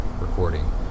recording